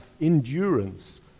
endurance